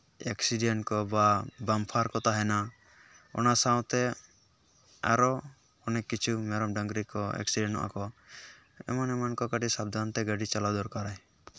accident ᱠᱚ ᱵᱟ bumper ᱠᱚ ᱛᱟᱦᱮᱱᱟ ᱚᱱᱟ ᱥᱟᱶᱛᱮ ᱟᱨᱚ ᱚᱱᱮᱠ ᱠᱤᱪᱷᱩ ᱢᱮᱨᱚᱢ ᱰᱟᱝᱨᱤ ᱠᱚ ᱮᱠᱥᱤᱰᱮᱱᱚᱜᱼᱟ ᱠᱚ ᱮᱢᱚᱱ ᱮᱢᱚᱱ ᱠᱚ ᱠᱟᱹᱴᱤᱡ ᱥᱟᱵᱫᱷᱟᱱ ᱛᱮ ᱜᱟᱹᱰᱤ ᱪᱟᱞᱟᱣ ᱫᱚᱨᱠᱟᱨᱟᱭ